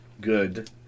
good